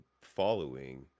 following